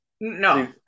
no